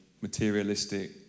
materialistic